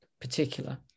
particular